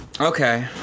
Okay